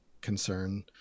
concern